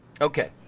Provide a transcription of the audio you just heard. Okay